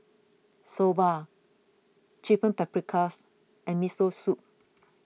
Soba Chicken Paprikas and Miso Soup